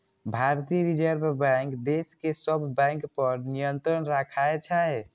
भारतीय reserve bank देश के सब बैंक पर नियंत्रण राखै छै